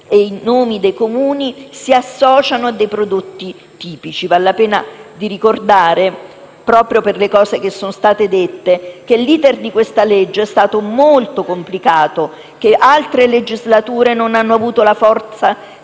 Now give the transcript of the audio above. i nomi dei Comuni si associano a quelli dei prodotti tipici. Vale la pena ricordare, proprio per le cose che sono state dette, che l'*iter* della legge è stato molto complicato e che altre legislature non hanno avuto la forza